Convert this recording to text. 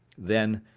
then,